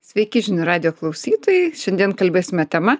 sveiki žinių radijo klausytojai šiandien kalbėsime tema